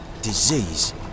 Disease